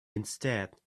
instead